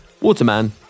Waterman